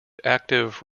active